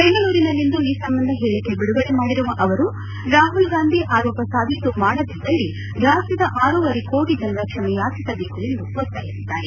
ಬೆಂಗಳೂರಿನಲ್ಲಿಂದು ಈ ಸಂಬಂಧ ಹೇಳಿಕೆ ಬಿಡುಗಡೆ ಮಾಡಿರುವ ಅವರು ರಾಮಲ್ ಗಾಂಧಿ ಆರೋಪ ಸಾಬೀತು ಮಾಡದಿದ್ದಲ್ಲಿ ರಾಜ್ಯದ ಆರೂವರೆ ಕೋಟಿ ಜನರ ಕ್ಷಮೆಯಾಚಿಸಬೇಕು ಎಂದು ಒತ್ತಾಯಿಸಿದ್ದಾರೆ